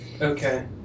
Okay